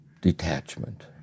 detachment